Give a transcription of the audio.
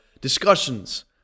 discussions